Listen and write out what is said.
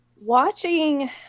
Watching